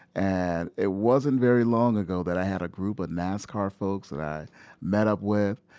and it wasn't very long ago that i had a group of nascar folks that i met up with,